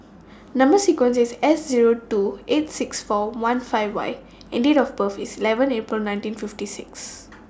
Number sequence IS S Zero two eight six four one five Y and Date of birth IS eleven April nineteen fifty six